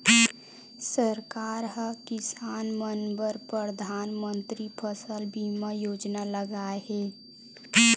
सरकार ह किसान मन बर परधानमंतरी फसल बीमा योजना लाए हे